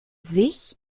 sich